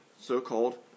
so-called